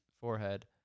forehead